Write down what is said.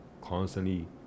constantly